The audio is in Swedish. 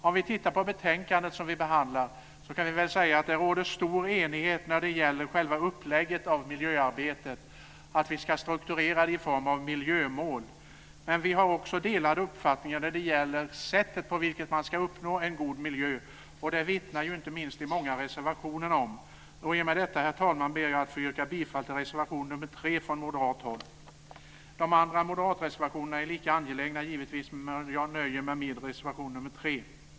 Om vi tittar på betänkandet som vi behandlar kan vi se att det råder stor enighet om själva upplägget av miljöarbetet och att vi ska strukturera det i form av miljömål. Men vi har också delade uppfattningar om sättet på vilket man ska uppnå en god miljö. Det vittnar inte minst de många reservationerna om. I och med det, herr talman, ber jag att få yrka bifall till reservation nr 3 från moderat håll. De andra moderata reservationerna är givetvis lika angelägna. Men jag nöjer mig med reservation nr 3.